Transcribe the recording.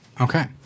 Okay